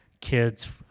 kids